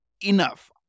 enough